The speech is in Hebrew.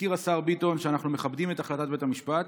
הזכיר השר ביטון שאנחנו מכבדים את החלטת בית המשפט.